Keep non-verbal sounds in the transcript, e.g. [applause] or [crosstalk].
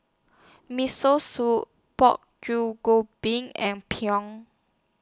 Miso Soup Pork [unintelligible] and [unintelligible]